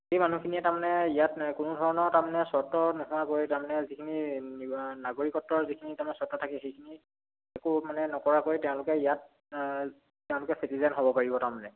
এই মানুহখিনিয়ে তাৰমানে ইয়াত কোনো ধৰণৰ তাৰমানে চৰ্ত নোহোৱাকৈ তাৰমানে যিখিনি নাগৰিকত্বৰ যিখিনি তাৰমানে চৰ্ত থাকে সেইখিনি একো মানে নকৰাকৈ তেওঁলোকে ইয়াত তেওঁলোকে চিটিজেন হ'ব পাৰিব তাৰমানে